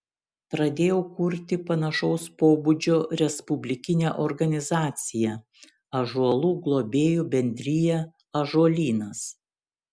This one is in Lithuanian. pradėjau kurti panašaus pobūdžio respublikinę organizaciją ąžuolų globėjų bendriją ąžuolynas